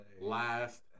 last